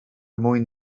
mwyn